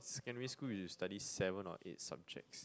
secondary school you study seven or eight subjects